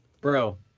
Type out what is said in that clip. Bro